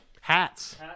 hats